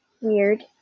Weird